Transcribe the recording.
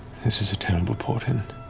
this is a terrible portent.